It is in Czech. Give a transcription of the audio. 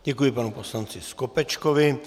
Děkuji panu poslanci Skopečkovi.